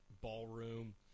ballroom